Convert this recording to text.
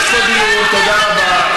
תודה.